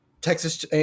Texas